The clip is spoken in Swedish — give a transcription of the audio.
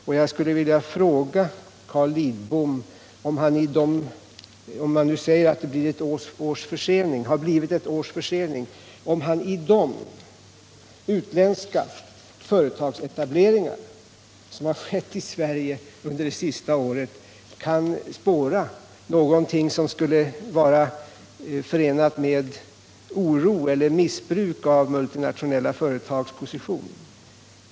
Jag skulle vilja fråga Carl Lidbom, som säger att det uppstått ett års försening, om han i de utländska företagsetableringar som skett i Sverige det senaste året kan spåra någonting som skulle vara förenat med missbruk av multinationella företags position.